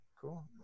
Cool